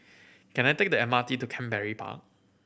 can I take the M R T to Canberra Park